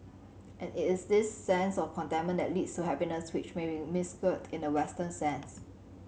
and it is this sense of contentment that leads to happiness which may be misconstrued in the Western sense